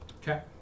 okay